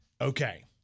Okay